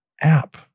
app